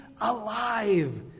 alive